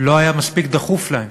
לא היה מספיק דחוף להן.